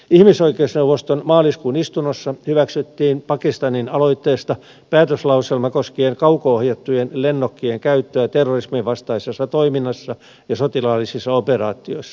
ihmisoikeusneuvoston maaliskuun istunnossa hyväksyttiin pakistanin aloitteesta päätöslauselma koskien kauko ohjattujen lennokkien käyttöä terrorisminvastaisessa toiminnassa ja sotilaallisissa operaatioissa